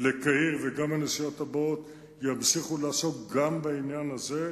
הקודמת וגם בנסיעות הבאות הוא ימשיך לעסוק גם בעניין הזה.